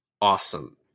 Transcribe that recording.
awesome